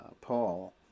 Paul